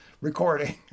recording